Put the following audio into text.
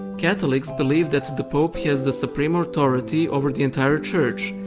catholics believe that the pope has the supreme authority over the entire church,